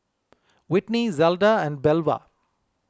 Whitney Zelda and Belva